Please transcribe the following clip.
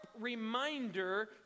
reminder